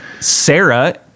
Sarah